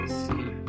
see